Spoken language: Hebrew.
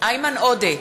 אוסאמה סעדי,